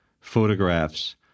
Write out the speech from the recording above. photographs